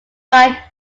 find